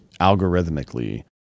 algorithmically